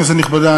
כנסת נכבדה,